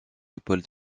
épaule